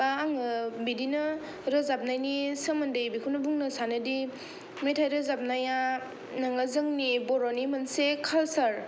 बा आङो बिदिनो रोजाबनायनि सोमोन्दोयै बेखौनो बुंनो सानोदि मेथाइ रोजाबनाया नोङो जोंनि बर'नि मोनसे कालचार